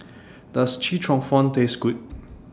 Does Chee Cheong Fun Taste Good